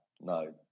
No